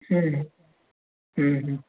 ହୁଁ ହୁଁ ହୁଁ